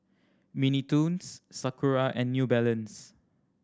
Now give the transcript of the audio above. Mini Toons Sakura and New Balance